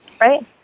Right